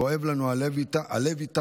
כואב לנו הלב איתם,